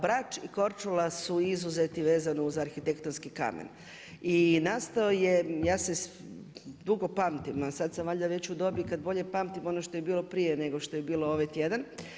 Brač i Korčula su izuzeti vezano uz arhitektonski kamen i nastao je, ja dugo pamtim, a sada sam već u dobi kad bolje pamtim, ono što je bilo prije nego što je bilo ovaj tjedan.